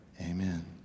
Amen